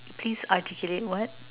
please articulate what